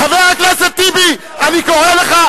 חבר הכנסת טיבי, אני קורא לך.